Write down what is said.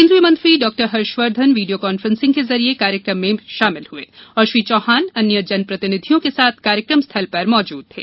केंद्रीय मंत्री Harshvardhan video conferencing के जरिए कार्यक्रम में शामिल हुए और श्री चौहान अन्य जनप्रतिनिधियों के साथ कार्यक्रम स्थल पर मौजूद थे